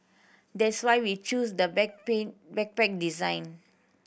that's why we choose the back pain backpack design